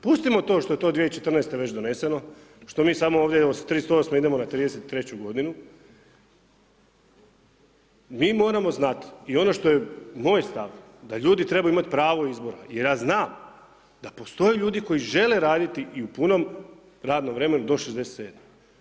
Pustimo to što je to 2014. već doneseno, što nije samo ovdje 2038. idemo na 2033. g., mi moramo znati i ono što je moj stav, da ljudi trebaju imati pravo izbora jer ja znam da postoje ljudi koji žele raditi i u punom radnom vremenu do 67.